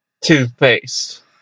toothpaste